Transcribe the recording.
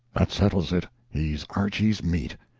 that settles it! he's archy's meat.